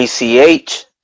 ACH